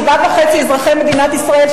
7.5 מיליון אזרחי מדינת ישראל,